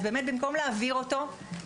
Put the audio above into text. אז במקום להעביר אותו,